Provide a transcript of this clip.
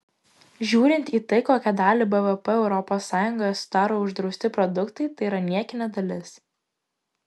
žiūrint į tai kokią dalį bvp europos sąjungoje sudaro uždrausti produktai tai yra niekinė dalis